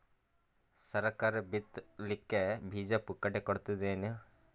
ಸರಕಾರ ಬಿತ್ ಲಿಕ್ಕೆ ಬೀಜ ಪುಕ್ಕಟೆ ಕೊಡತದೇನು?